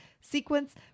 sequence